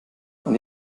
und